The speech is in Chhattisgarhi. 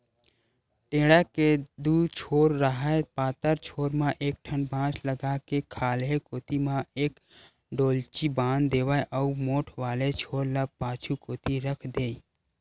टेंड़ा के दू छोर राहय पातर छोर म एक ठन बांस लगा के खाल्हे कोती म एक डोल्ची बांध देवय अउ मोठ वाले छोर ल पाछू कोती रख देय